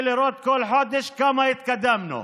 כדי לראות כל חודש כמה התקדמנו,